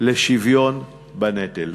לשוויון בנטל.